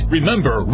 Remember